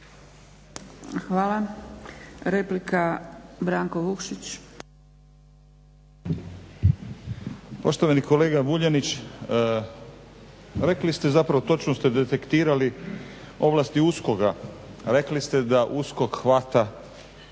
Hvala. Replika Branko Vukšić.